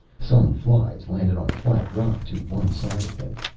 some flies landed on a flat rock to one side of him.